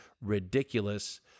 ridiculous